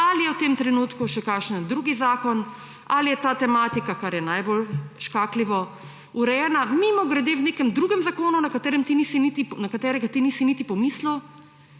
ali je v tem trenutku še kakšen drug zakon ali je ta tematika, kar je najbolj škatljivo, urejena mimogrede v nekem drugem zakonu, na katerega ti nisi niti pomislil.